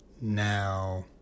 Now